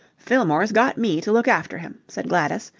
fillmore's got me to look after him, said gladys,